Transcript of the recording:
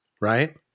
right